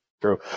true